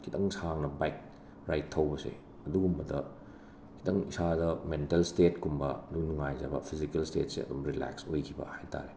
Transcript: ꯈꯤꯇꯪ ꯁꯥꯡꯅ bike ride ꯊꯧꯕꯁꯦ ꯑꯗꯨꯒꯨꯝꯕꯗ ꯈꯤꯇꯪ ꯏꯁꯥꯗ ꯃꯦꯟꯇꯜ ꯁ꯭ꯇꯦꯠꯀꯨꯝꯕ ꯑꯗꯨ ꯅꯨꯉꯥꯏꯖꯕ ꯐꯤꯖꯤꯀꯦꯜ ꯁ꯭ꯇꯦꯠꯁꯦ ꯑꯗꯨꯝ ꯔꯤꯂꯦꯛꯁ ꯑꯣꯏꯈꯤꯕ ꯍꯥꯏ ꯇꯥꯔꯦ